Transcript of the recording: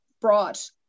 brought